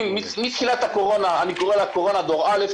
מתחילת הקורונה אני קורא לה קורונה דור א',